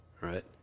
Right